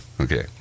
Okay